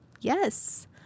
Yes